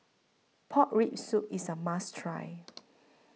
Pork Rib Soup IS A must Try